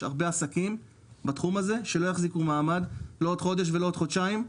יש הרבה עסקים בתחום הזה שלא יחזיקו מעמד לא עוד חודש ולא עוד חודשיים.